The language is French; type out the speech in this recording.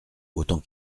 autant